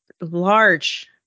large